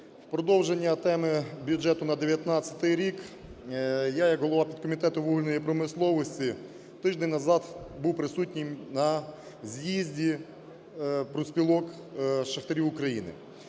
В продовження теми бюджету на 2019 рік я як голова підкомітету вугільної промисловості тиждень назад був присутнім на з'їзді профспілок шахтарів України.